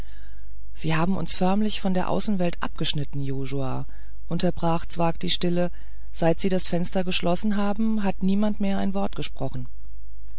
sie haben uns förmlich von der außenwelt abgeschnitten josua unterbrach zwakh die stille seit sie das fenster geschlossen haben hat niemand mehr ein wort gesprochen